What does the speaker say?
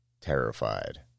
terrified